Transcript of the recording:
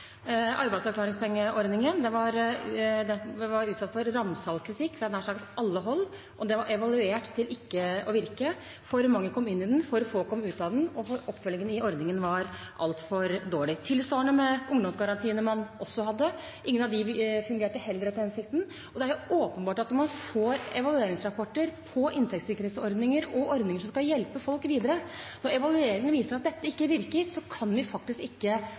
Arbeidsavklaringspengeordningen ble utsatt for ramsalt kritikk fra nær sagt alle hold, og den var evaluert til ikke å virke. For mange kom inn i den, for få kom ut av den, og oppfølgingen i ordningen var altfor dårlig. Tilsvarende var det for ungdomsgarantiene man også hadde: Ingen av dem fungerte heller etter hensikten. Det er åpenbart at når man får evalueringsrapporter på inntektssikkerhetsordninger og andre ordninger som skal hjelpe folk videre, og evalueringene viser at de ikke virker, kan vi faktisk ikke